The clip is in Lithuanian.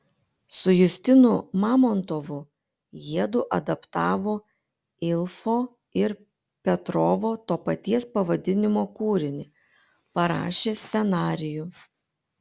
su justinu mamontovu jiedu adaptavo ilfo ir petrovo to paties pavadinimo kūrinį parašė scenarijų